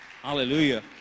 Hallelujah